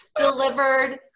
Delivered